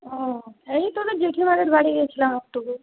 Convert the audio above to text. এই তোদের জেঠিমাদের বাড়ি গিয়েছিলাম একটু রে